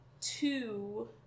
Two